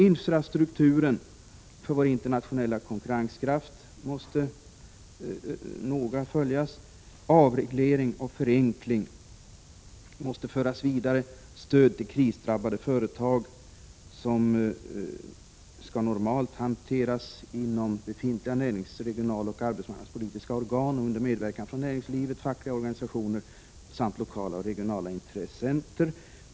Infrastrukturen för vår internationella konkurrenskraft måste noga följas. Avregleringar och förenklingar måste föras vidare. Stöd till krisdrabbade företag hanteras normalt inom ramen för befintliga närings-, regionaloch arbetsmarknadspolitiska organ och under medverkan från näringslivet, fackliga organisationer samt lokala och regionala intressenter.